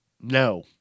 no